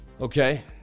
Okay